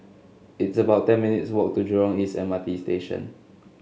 it's about ten minutes' walk to Jurong East M R T Station